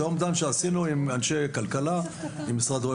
זה אומדן שעשינו עם אנשי כלכלה במשרד רואי